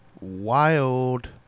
Wild